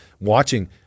watching